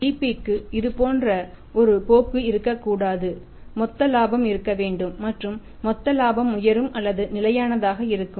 GP க்கு இது போன்ற ஒரு போக்கு இருக்கக்கூடாது மொத்த லாபம் இருக்க வேண்டும் மற்றும் மொத்த லாபம் உயரும் அல்லது நிலையானதாக இருக்கும்